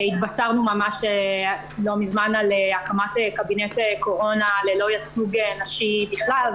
התבשרנו ממש לא מזמן על הקמת קבינט קורונה ללא ייצוג נשי בכלל,